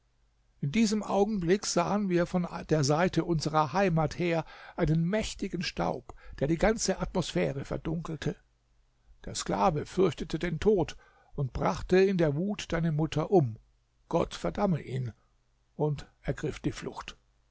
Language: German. in diesem augenblick sahen wir von der seite unserer heimat her einen mächtigen staub der die ganze atmosphäre verdunkelte der sklave fürchtete den tod und brachte in der wut deine mutter um gott verdamme ihn und ergriff die flucht